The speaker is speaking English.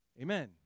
Amen